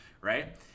right